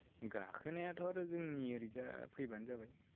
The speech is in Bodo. गाखोनायाथ' आरो जोंनि ओरैजा फैबानो जाबाय